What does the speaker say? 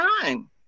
time